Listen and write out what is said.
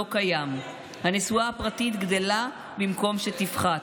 לא קיים, הנסועה הפרטית גדלה במקום שתפחת,